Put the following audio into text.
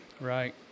Right